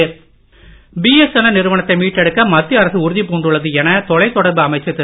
BSNL BSNL நிறுவனத்தை மீட்டெக்க மத்திய அரசு உறுதி பூண்டுள்ளது என தொலை தொடர்பு அமைச்சர் திரு